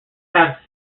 have